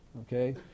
okay